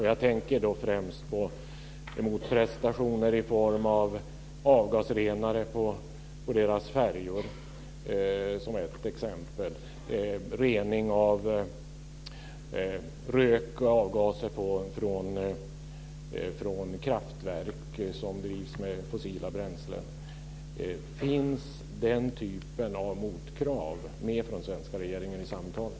Jag tänker främst på motprestationer i form av avgasrenare på de danska färjorna och i form av rening av rök och avgaser från kraftverk som drivs med fossila bränslen. Finns den typen av motkrav med från den svenska regeringen i samtalen?